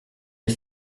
les